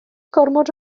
gormod